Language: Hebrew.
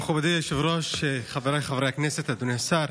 מכובדי היושב-ראש, חבריי חברי הכנסת, אדוני השר,